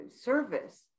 service